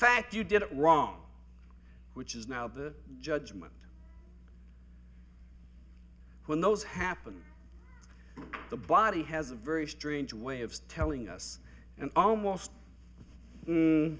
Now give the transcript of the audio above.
fact you did it wrong which is now the judgement when those happen the body has a very strange way of telling us and almost